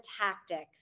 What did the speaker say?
tactics